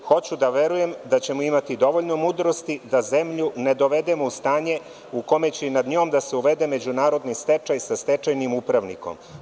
Hoću da verujem da ćemo imati dovoljno mudrosti da zemlju ne dovedemo u stanje u kome će i nad njom da se uvede međunarodni stečaj sa stečajnim upravnikom.